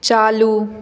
चालू